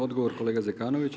Odgovor kolega Zekanović.